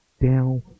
down